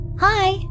Hi